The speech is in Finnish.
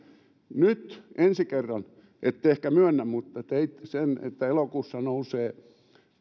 nyt ensi kerran ette ehkä myönnä mutta teitte sen elokuussa nousee